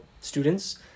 students